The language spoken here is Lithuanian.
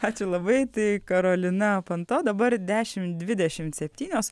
ačiū labai tai karolina panto dabar dešimt dvidešimt septynios